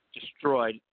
destroyed